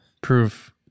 proof